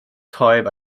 time